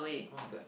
what's that